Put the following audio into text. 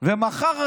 ומחר,